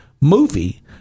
movie